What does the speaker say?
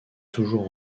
toujours